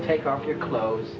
on take off your clothes